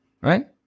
right